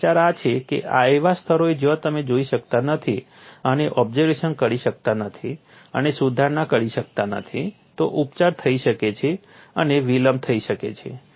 પણ વિચાર આ છે કે એવા સ્થળોએ જ્યાં તમે જઈ શકતા નથી અને ઓબ્ઝર્વેશન કરી શકતા નથી અને સુધારણા કરી શકતા નથી તો ઉપચાર થઈ શકે છે અને વિલંબ થઈ શકે છે